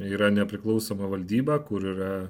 yra nepriklausoma valdyba kur yra